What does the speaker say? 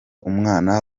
umwana